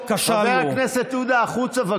חבר הכנסת עודה, קריאה שלישית, החוצה.